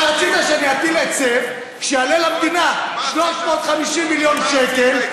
אתה רצית שאני אטיל היצף שיעלה למדינה 350 מיליון שקל,